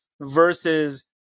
versus